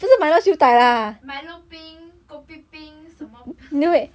一杯 milo 冰 kopi 冰什么